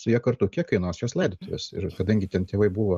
su ja kartu kiek kainuos jos laidotuvės ir kadangi ten tėvai buvo